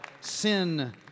Sin